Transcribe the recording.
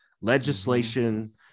legislation